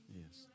yes